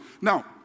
Now